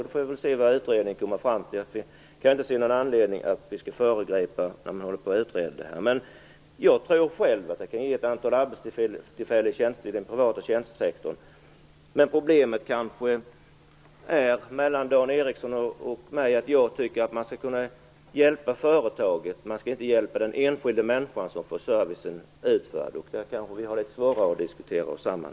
Vi får väl se vad utredningen kommer fram till. Jag kan inte se någon anledning till att föregripa utredningens resultat. Jag tror själv att det kan innebära ett antal arbetstillfällen i den privata tjänstesektorn. Men skillnaden mellan Dan Ericssons och min uppfattning är kanske att jag tycker att man skall kunna hjälpa företaget och inte den enskilde människan som får servicen utförd. Här har vi kanske litet svårare att diskutera oss samman.